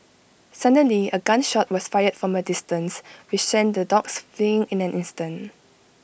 suddenly A gun shot was fired from A distance which sent the dogs fleeing in an instant